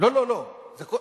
לא, לא, לא.